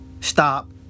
Stop